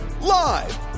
live